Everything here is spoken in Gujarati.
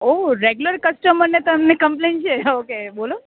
ઓહ રેગ્યુલર કસ્ટમર ને તમને કમ્પલેન છે ઓહ કે બોલો